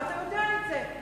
ואתה יודע את זה.